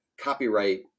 copyright